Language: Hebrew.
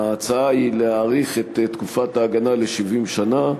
ההצעה היא להאריך את תקופת ההגנה ל-70 שנה,